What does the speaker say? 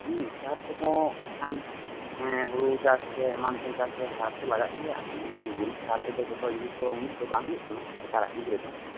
ᱦᱮᱸ ᱥᱟᱨ ᱠᱚᱦᱚᱸ ᱦᱟᱜ ᱠᱷᱚᱱ ᱦᱮ ᱦᱩᱲᱩ ᱪᱟᱥ ᱥᱮ ᱮᱢᱟᱱᱛᱮᱢ ᱪᱟᱥ ᱨᱮ ᱥᱟᱨ ᱛᱚ ᱞᱟᱜᱟᱜ ᱜᱮᱭᱟ ᱮᱢᱱᱤ ᱜᱩᱨᱤᱡ ᱥᱟᱨ ᱛᱮᱫᱚ ᱡᱚᱛᱚ ᱡᱤᱱᱤᱥ ᱩᱱᱟᱹᱜ ᱫᱚ ᱵᱟᱝ ᱦᱩᱭᱩᱜ ᱠᱟᱱᱟ ᱱᱮᱛᱟᱨᱟᱜ ᱡᱩᱜ ᱨᱮᱫᱚ